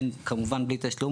כמובן בלי תשלום,